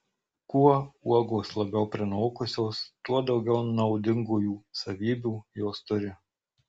kuo uogos labiau prinokusios tuo daugiau naudingųjų savybių jos turi